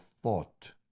thought